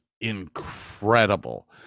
incredible